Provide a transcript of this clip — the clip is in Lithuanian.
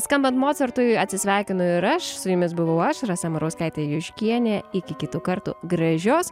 skambant mocartui atsisveikinu ir aš su jumis buvau aš rasa murauskaitė juškienė iki kitų kartų gražios